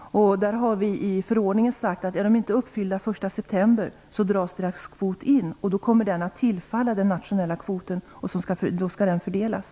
I förordningen har vi sagt att kvoten kommer att dras in för de företag som inte uppfyller miljökraven den 1 september. Den kommer att tillfalla den nationella kvoten som då skall fördelas.